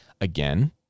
Again